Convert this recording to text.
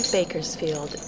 Bakersfield